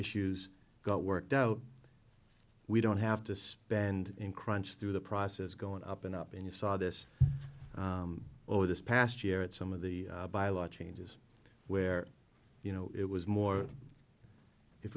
issues got worked out we don't have to spend in crunch through the process going up and up and you saw this over this past year at some of the biologic where you know it was more if